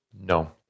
No